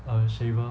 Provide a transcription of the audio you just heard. a shaver